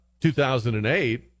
2008